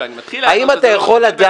כשאני מתחיל לענות אז זה לא מוצא חן בעיניך,